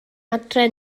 adre